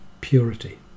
purity